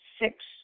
Six